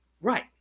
Right